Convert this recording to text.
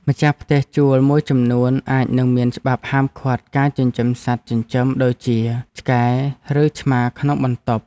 ម្ចាស់ផ្ទះជួលមួយចំនួនអាចនឹងមានច្បាប់ហាមឃាត់ការចិញ្ចឹមសត្វចិញ្ចឹមដូចជាឆ្កែឬឆ្មាក្នុងបន្ទប់។